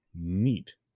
neat